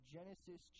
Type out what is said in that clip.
Genesis